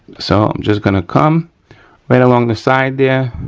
so, i'm just gonna come right along the side there